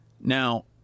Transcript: Now